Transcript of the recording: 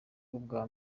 ubwa